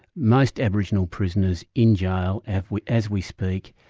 most aboriginal prisoners in jail as we as we speak,